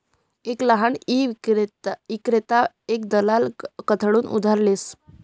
एक लहान ईक्रेता एक दलाल कडथून उधार लेस